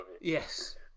Yes